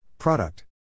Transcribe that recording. Product